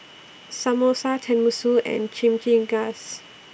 Samosa Tenmusu and Chimichangas